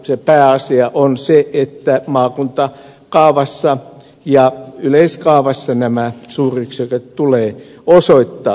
se pääasia on se että maakuntakaavassa ja yleiskaavassa nämä suuryksiköt tulee osoittaa